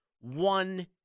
one